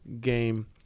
game